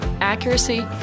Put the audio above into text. accuracy